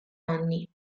anni